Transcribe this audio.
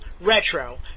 Retro